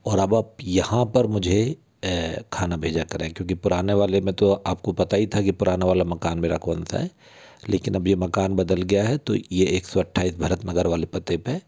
और अब आप यहाँ पर मुझे खाना भेजा करें क्योंकि पुराने वाले में तो आपको पता ही था कि पुराना वाला मकान मेरा कौन सा है लेकिन अब ये मकान बदल गया है तो ये एक सौ अट्ठाईस भरत नगर वाले पते पे